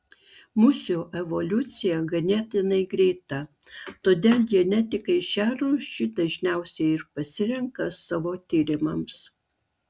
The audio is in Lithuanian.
musių evoliucija ganėtinai greita todėl genetikai šią rūšį dažniausiai ir pasirenka savo tyrimams